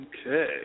Okay